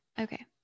Okay